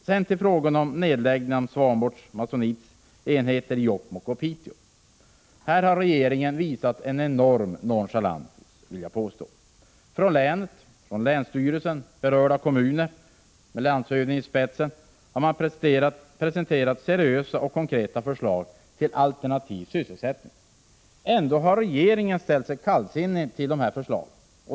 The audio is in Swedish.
Sedan till frågan om nedläggningen av Swanboard Masonites enheter i Jokkmokk och Piteå. Jag vill påstå att regeringen i detta avseende har visat en enorm nonchalans. På länsnivå — det gäller länsstyrelsen och berörda kommuner — har man, med landshövdingen i spetsen, presenterat seriösa och konkreta förslag till alternativ sysselsättning. Ändå har regeringen ställt sig kallsinnig till förslagen.